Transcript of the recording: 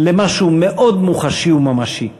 למשהו מאוד מוחשי וממשי.